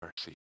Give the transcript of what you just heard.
mercy